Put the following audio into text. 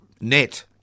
net